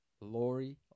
Lori